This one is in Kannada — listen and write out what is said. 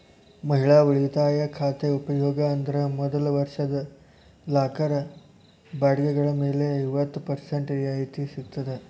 ಮಹಿಳಾ ಉಳಿತಾಯ ಖಾತೆ ಉಪಯೋಗ ಅಂದ್ರ ಮೊದಲ ವರ್ಷದ ಲಾಕರ್ ಬಾಡಿಗೆಗಳ ಮೇಲೆ ಐವತ್ತ ಪರ್ಸೆಂಟ್ ರಿಯಾಯಿತಿ ಸಿಗ್ತದ